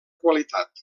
qualitat